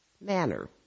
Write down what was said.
manner